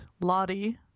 Lottie